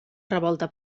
revolta